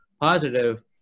positive